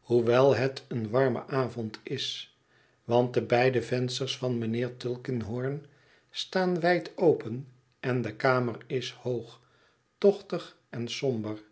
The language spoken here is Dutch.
hoewel het een warme avond is want de beide vensters van mijnheer tulkinghorn staan wijd open en de kamer is hoog tochtig en somber